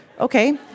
Okay